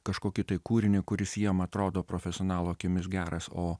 kažkokį tai kūrinį kuris jiem atrodo profesionalo akimis geras o